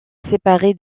séparait